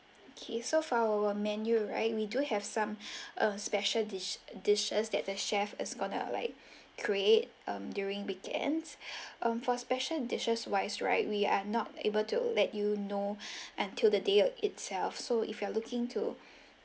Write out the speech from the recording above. okay so for our menu right we do have some uh special dish dishes that the chef is gonna like create um during weekends um for special dishes wise right we are not able to let you know until the day of itself so if you are looking to